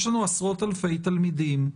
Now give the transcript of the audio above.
יש לנו עשרות אלפי תלמידים.